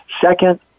Second